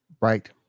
right